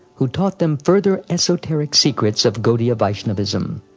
who taught them further esoteric secrets of gaudiya vaishnavism.